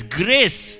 grace